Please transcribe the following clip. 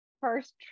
first